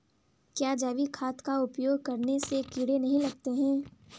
क्या जैविक खाद का उपयोग करने से कीड़े नहीं लगते हैं?